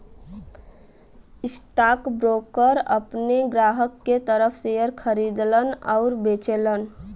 stockbroker अपने ग्राहकन के तरफ शेयर खरीदलन आउर बेचलन